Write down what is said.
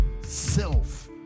self